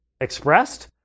expressed